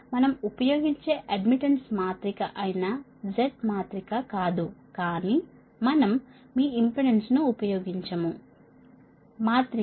మనం ఉపయోగించే అడ్మిటెన్స్ మాత్రిక అయిన z మాత్రిక కాదు కానీ మనం మీ ఇంపెడెన్స్ను ఉపయోగించము మాత్రిక